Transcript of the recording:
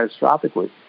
catastrophically